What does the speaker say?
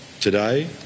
today